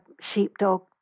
sheepdog